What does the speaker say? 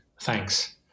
Thanks